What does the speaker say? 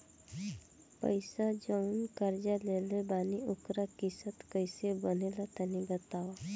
पैसा जऊन कर्जा लेले बानी ओकर किश्त कइसे बनेला तनी बताव?